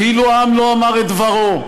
כאילו העם לא אמר את דברו,